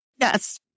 Yes